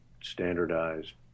standardized